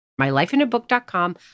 MyLifeInABook.com